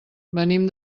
venim